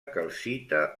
calcita